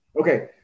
Okay